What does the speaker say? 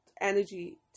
energy